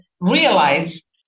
realize